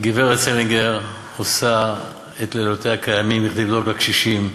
הגברת סלינגר עושה את לילותיה כימים כדי לדאוג לקשישים.